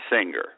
Singer